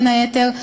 בין היתר,